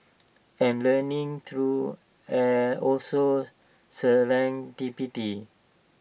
and learning through also serendipity